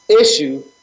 Issue